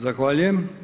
Zahvaljujem.